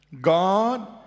God